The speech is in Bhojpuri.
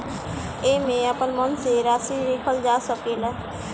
एईमे आपन मन से राशि लिखल जा सकेला